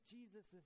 Jesus